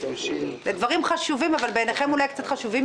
זה התפקיד שלך, אדוני, ל -- את הקטסטרופה הזו.